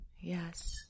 Yes